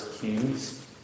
Kings